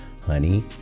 Honey